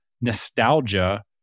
nostalgia